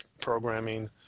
programming